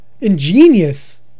ingenious